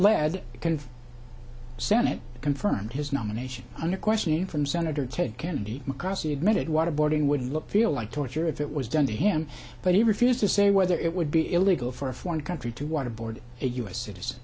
because senate confirmed his nomination under questioning from senator ted kennedy across he admitted waterboarding would look feel like torture if it was done to him but he refused to say whether it would be illegal for a foreign country to waterboard a u s citizen